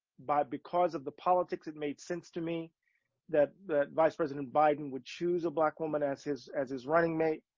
by because of the politics, it made sense to me that that vice president biden would choose a black woman as his, as his running mate.